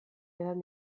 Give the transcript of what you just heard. edan